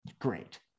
great